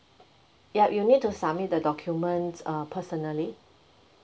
yup you need to submit the documents uh personally